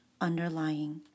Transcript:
underlying